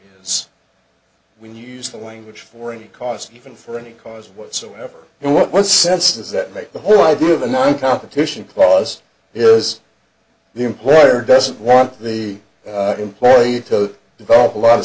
is when you use the language for any cost even for any cause whatsoever what sense does that make the whole idea of a non competition clause is the employer doesn't want the employee to develop a lot of